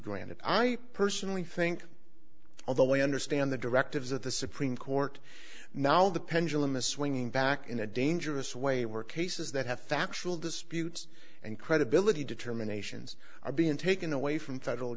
granted i personally think of the way i understand the directives of the supreme court now the pendulum is swinging back in a dangerous way were cases that have factual disputes and credibility determinations are being taken away from federal